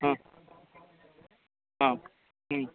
ಹ್ಞೂ ಹಾಂ ಹ್ಞೂ